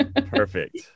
Perfect